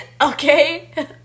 Okay